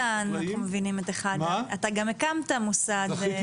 הקמת מוסד.